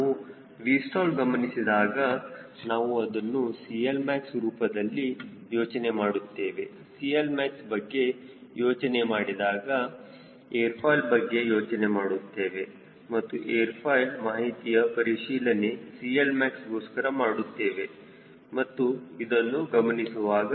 ನಾವು Vstall ಗಮನಿಸಿದಾಗ ನಾವು ಅದನ್ನು CLmax ರೂಪದಲ್ಲಿ ಯೋಚನೆ ಮಾಡುತ್ತೇವೆ CLmax ಬಗ್ಗೆ ಯೋಚನೆ ಮಾಡಿದಾಗ ಏರ್ ಫಾಯ್ಲ್ ಬಗ್ಗೆ ಯೋಚನೆ ಮಾಡುತ್ತೇನೆ ಮತ್ತು ಏರ್ ಫಾಯ್ಲ್ ಮಾಹಿತಿಯ ಪರಿಶೀಲನೆ CLmax ಗೋಸ್ಕರ ಮಾಡುತ್ತೇನೆ ಮತ್ತು ಇದನ್ನು ಗಮನಿಸುವಾಗ